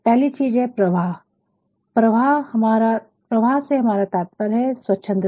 पहली चीज है प्रवाह प्रवाह से हमारा तात्पर्य है स्वच्छंदता